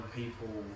people